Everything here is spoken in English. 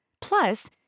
Plus